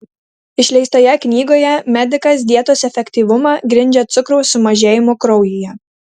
išleistoje knygoje medikas dietos efektyvumą grindžia cukraus sumažėjimu kraujyje